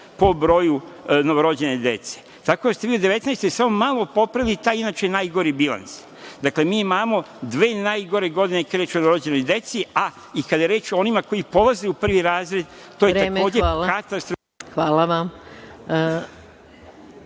po broju novorođene dece, tako da se u 2019. godini samo malo popravio taj inače najgori bilans. Dakle, mi imamo dve najgore godine kada je reč o novorođenoj deci, a i kada je reč o onima koji polaze u prvi razred, to je takođe katastrofa…